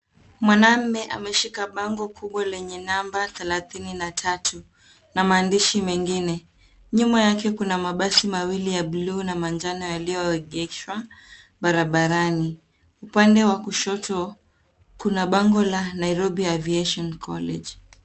Mwanamume ameshika bango kubwa lenye namba 33 na maandishi mengine. Nyuma yake kuna mabasi mawili ya bluu na manjano yaliyoegeshwa barabarani. Upande wa kushoto kuna bango la Nairobi Aviation College.